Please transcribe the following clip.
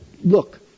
look